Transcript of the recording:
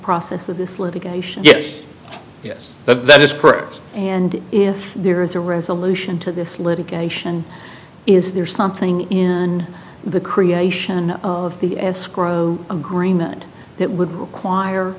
process of this litigation yes yes that that is correct and if there is a resolution to this litigation is there something in the creation of the escrow agreement that would require